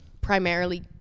primarily